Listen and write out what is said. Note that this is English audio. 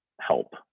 help